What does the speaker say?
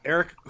Eric